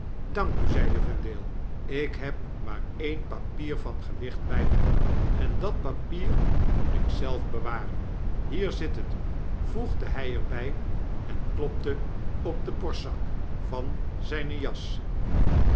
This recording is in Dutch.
dank u zeide vendale ik heb maar een papier van gewicht by my en dat papier moet ik zelf bewaren hier zit het voegde hy er by en klopte op den borstzak van zyne jas